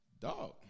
Dog